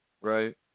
Right